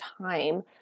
time